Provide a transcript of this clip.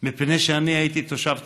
מפני שאני הייתי תושב טבריה.